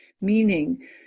meaning